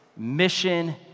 Mission